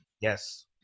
yes